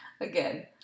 Again